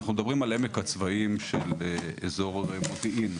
אנחנו מדברים על עמק הצבאים של אזור מודיעין,